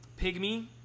pygmy